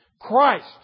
Christ